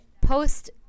post